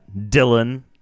Dylan